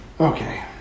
Okay